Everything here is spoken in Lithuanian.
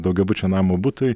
daugiabučio namo butui